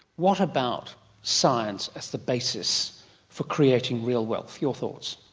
what about science as the basis for creating real wealth your thoughts?